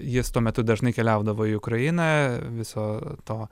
jis tuo metu dažnai keliaudavo į ukrainą viso to